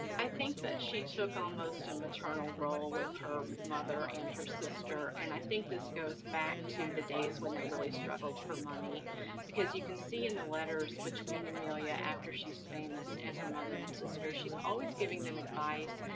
i think that she took almost a maternal role with her mother and her sister, and i think this goes back to the days when they really struggled for money because you can see in the letters between amelia after she's famous, and her mother and sister, she's always giving them advice.